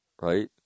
right